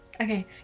okay